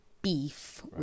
beef